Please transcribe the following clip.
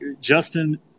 Justin